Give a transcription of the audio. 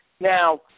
now